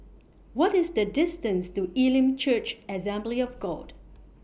What IS The distance to Elim Church Assembly of God